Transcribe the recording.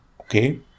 okay